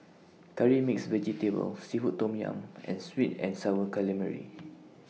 Curry Mixed Vegetable Seafood Tom Yum and Sweet and Sour Calamari